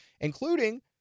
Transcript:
including